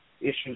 issues